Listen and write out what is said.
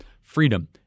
freedom